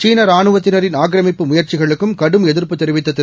சீன ரானுவத்தினரின் ஆக்கிரமிப்பு முயற்சிகளுக்கும் கடும் எதிர்ப்பு தெரிவித்த திரு